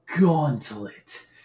gauntlet